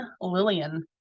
Lillian